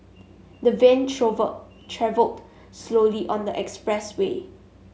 the van travelled slowly on the expressway